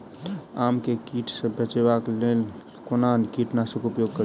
आम केँ कीट सऽ बचेबाक लेल कोना कीट नाशक उपयोग करि?